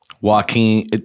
Joaquin